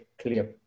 clear